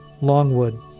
Longwood